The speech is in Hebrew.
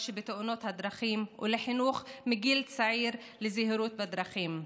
שבתאונות הדרכים ולחינוך מגיל צעיר לזהירות בדרכים,